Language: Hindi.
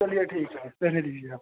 चलिए ठीक है रहने दीजिए आप